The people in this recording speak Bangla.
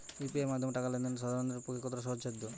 ইউ.পি.আই এর মাধ্যমে টাকা লেন দেন সাধারনদের পক্ষে কতটা সহজসাধ্য?